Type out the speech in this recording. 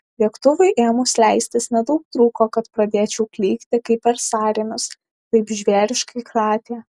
lėktuvui ėmus leistis nedaug trūko kad pradėčiau klykti kaip per sąrėmius taip žvėriškai kratė